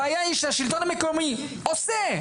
הבעיה היא שהשלטון המקומי עושה,